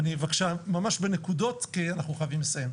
בבקשה, ממש בנקודות כי אנחנו חייבים לסיים.